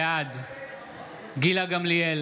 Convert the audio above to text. בעד גילה גמליאל,